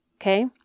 Okay